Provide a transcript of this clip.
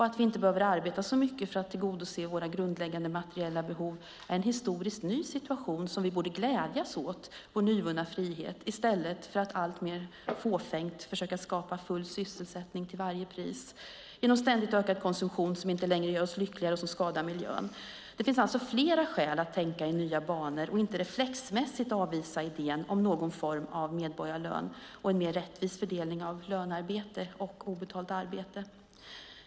Att vi inte behöver arbeta så mycket för att tillgodose våra grundläggande materiella behov är en historiskt ny situation, och vi borde glädjas åt vår nyvunna frihet i stället för att alltmer fåfängt försöka skapa full sysselsättning till varje pris, genom ständigt ökad konsumtion som inte längre gör oss lyckligare och som skadar miljön. Det finns alltså flera skäl att tänka i nya banor och inte reflexmässigt avvisa idén om någon form av medborgarlön och en mer rättvis fördelning av lönearbete och obetalt arbete.